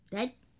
then